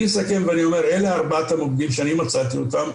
ואני אסכם ואני אומר שאלה ארבעת המוקדים שאני מצאתי אותם,